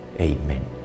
Amen